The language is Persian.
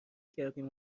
کردیم